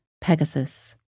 Pegasus